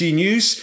news